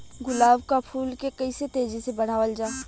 गुलाब क फूल के कइसे तेजी से बढ़ावल जा?